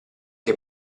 che